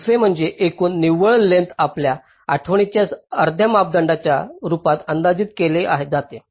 दुसरे म्हणजे एकूण निव्वळ लेंग्थस आपल्या आठवणीच्या अर्ध्या मापदंडाच्या रूपात अंदाजित केली जाते